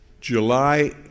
July